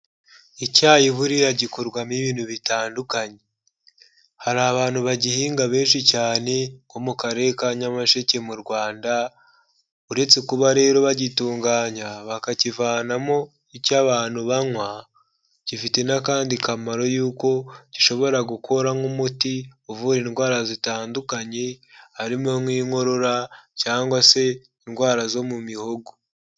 Icyayi buriya gikorwamo ibintu bitandukanye, hari abantu bagihinga benshi cyane nko mu Karere ka Nyamasheke mu Rwanda, uretse kuba rero bagitunganya, bakakivanamo icyo abantu banywa, gifite n'akandi kamaro yuko gishobora gukora nk'umuti, uvura indwara zitandukanye, harimo nk'inkorora cyangwa se indwara zo mu mihogo.